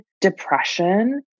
depression